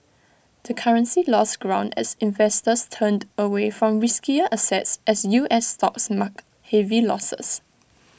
the currency lost ground as investors turned away from riskier assets as U S stocks marked heavy losses